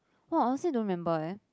!wah! honestly I don't remember eh